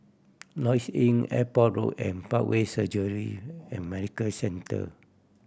Lloyds Inn Airport Road and Parkway Surgery and Medical Centre